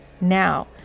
Now